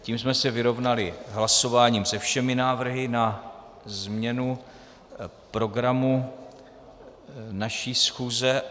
Tím jsme se vyrovnali hlasováním se všemi návrhy na změnu programu naší schůze.